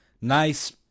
nice